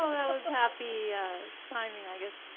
oh, that was happy timing, i guess.